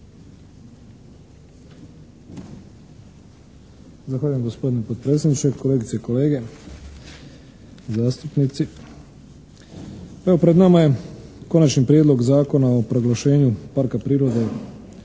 Zahvaljujem gospodine potpredsjedniče, kolegice i kolege zastupnici. Evo pred nama je Konačni prijedlog Zakona o proglašenju parka prirode